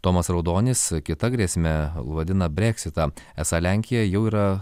tomas raudonis kita grėsme vadina breksitą esą lenkija jau yra